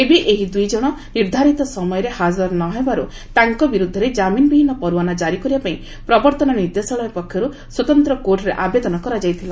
ତେବେ ଏହି ଦୁଇ ଜଣ ନିର୍ଦ୍ଧାରିତ ସମୟରେ ହାଜର ନ ହେବାରୁ ତାଙ୍କ ବିରୁଦ୍ଧରେ ଜାମିନ୍ ବିହିନୀ ପରଓ୍ୱାନା କାରି କରିବା ପାଇଁ ପ୍ରବର୍ତ୍ତନ ନିର୍ଦ୍ଦେଶାଳୟ ପକ୍ଷରୁ ସ୍ୱତନ୍ତ କୋର୍ଟ୍ରେ ଆବେଦନ କରାଯାଇଥିଲା